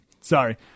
Sorry